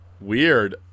Weird